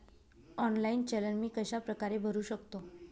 Online चलन मी कशाप्रकारे भरु शकतो?